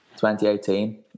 2018